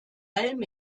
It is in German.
allem